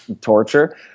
torture